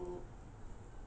go into